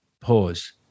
pause